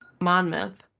Monmouth